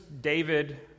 David